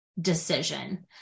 decision